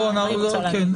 מה היא רוצה להגיד.